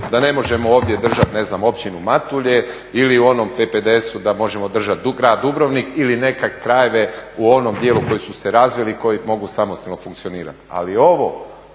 da ne možemo ovdje držati, ne znam, općinu Matulje ili u onom PPDS-u da možemo držati grad Dubrovnik ili neke krajeve u onom dijelu koji su se razvili, koji mogu samostalno funkcionirati. Ali ovo,